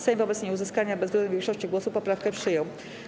Sejm wobec nieuzyskania bezwzględnej większości głosów poprawkę przyjął.